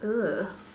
ughh